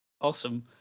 Awesome